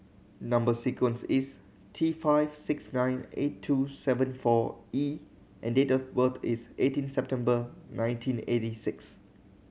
number sequence is T five six nine eight two seven four E and date of birth is eighteen September nineteen eighty six